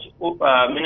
Minister